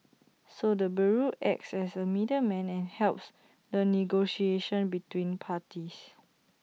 so the bureau acts as A middleman and helps the negotiation between parties